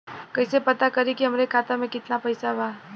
कइसे पता करि कि हमरे खाता मे कितना पैसा बा?